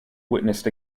witnessed